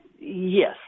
yes